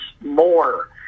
more